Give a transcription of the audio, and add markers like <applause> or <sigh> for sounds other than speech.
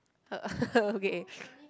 <laughs> okay